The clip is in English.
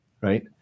right